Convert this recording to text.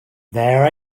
there